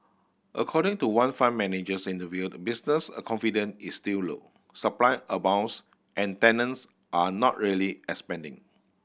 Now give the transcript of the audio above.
according to one fund manager interviewed business confidence is still low supply abounds and tenants are not really expanding